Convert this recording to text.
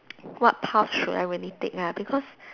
what path should I really take lah because